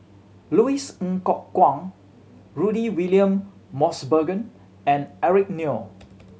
Louis Ng Kok Kwang Rudy William Mosbergen and Eric Neo